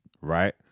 right